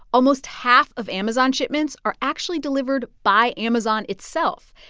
almost half of amazon shipments are actually delivered by amazon itself,